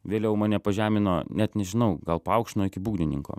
vėliau mane pažemino net nežinau gal paaukštino iki būgnininko